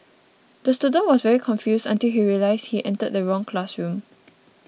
the student was very confused until he realised he entered the wrong classroom